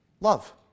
love